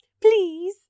Please